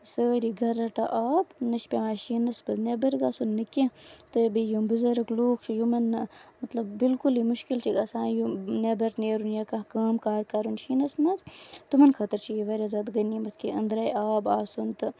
سٲری گرٕ رَٹان آب نہ چھُ پیوان اَسہِ شیٖنَس منٛز نیبر گژھُن نہٕ کیٚنٛہہ تہٕ بیٚیہِ یِم بُزرٕگ لوٗکھ چھِ یِمن نہٕ مطلب بِلکُلٕے مُشکِل چھُ گژھان یہِ نیبر نیرُن یا کانہہ کٲم کار کَرُن شیٖنس منٛز تِمن خٲطرٕ چھُ یہِ واریاہ زیادٕ غنِیٖمَت کہِ أندرے آب آسُن تہٕ